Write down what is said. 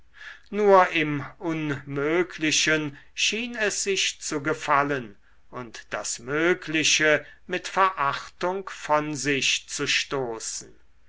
nur im unmöglichen schien es sich zu gefallen und das mögliche mit verachtung von sich zu stoßen